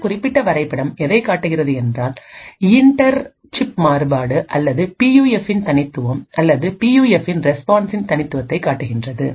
இந்த குறிப்பிட்ட வரைபடம் எதைக் காட்டுகிறது என்றால் இன்டர் சிப் மாறுபாடு அல்லது பியூஎஃப்பின்தனித்துவம் அல்லது பியூஎஃப்பின் ரெஸ்பான்சின் தனித்துவத்தைக் காட்டுகிறது